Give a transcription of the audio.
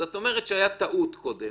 את אומרת שהייתה טעות קודם.